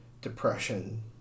Depression